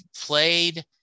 played